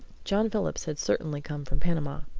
john phillips had certainly come from panama.